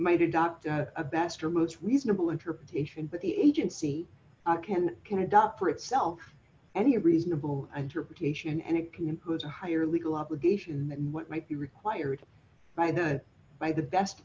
might adopt a baster most reasonable interpretation but the agency can conduct for itself any reasonable interpretation and it can impose a higher legal obligation than what might be required by the by the best